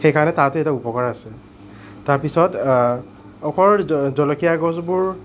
সেইকাৰণে তাত এটা উপকাৰ আছে তাৰ পিছত অকল জ জলকীয়া গছবোৰ